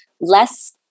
less